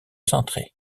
cintré